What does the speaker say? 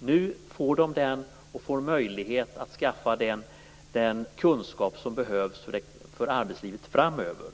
Nu får de den, och de får möjlighet att skaffa den kunskap som behövs för arbetslivet framöver.